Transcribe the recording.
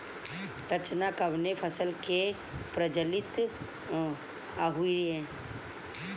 रचना कवने फसल के प्रजाति हयुए?